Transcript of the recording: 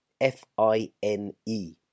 f-i-n-e